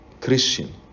Christian